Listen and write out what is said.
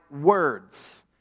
words